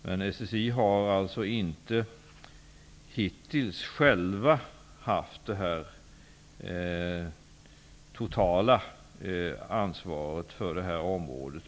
Men SSI har alltså inte hittills självt haft det totala ansvaret för detta område.